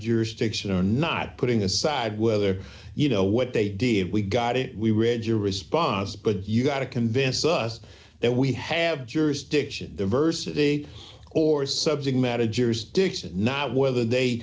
jurisdiction or not putting aside whether you know what they did if we got it we read your response but you've got to convince us that we have jurisdiction diversity or subject matter jurisdiction not whether they